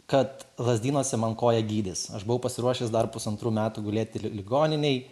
kad lazdynuose man koją gydys aš buvau pasiruošęs dar pusantrų metų gulėti ligoninėj